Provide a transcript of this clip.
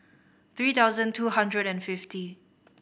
three thousand two hundred and fifty